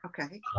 Okay